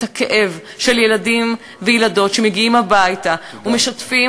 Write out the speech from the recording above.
את הכאב של ילדים וילדות שמגיעים הביתה ומשתפים